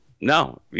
No